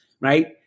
right